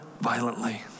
violently